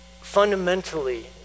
fundamentally